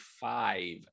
five